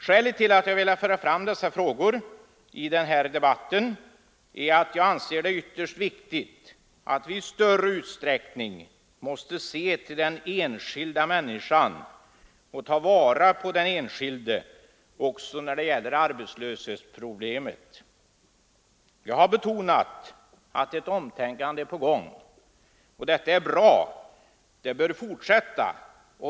Skälet till att jag har velat föra fram dessa frågor i denna debatt är att jag anser det ytterst viktigt att vi i större utsträckning ser till den enskilda människan och tar vara på den enskilde också när det gäller arbetslöshetsproblemet. Jag har betonat att ett omtänkande är på gång. Detta är bra och det bör fortsätta.